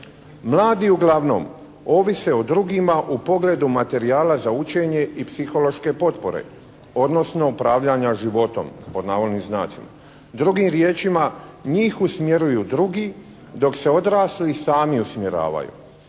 Mladi uglavnom ovise o drugima u pogledu materijala za učenje i psihološke potpore, odnosno upravljanja životom pod navodnim znacima. Drugim riječima, njih usmjeruju drugi dok se odrasli sami usmjeravaju.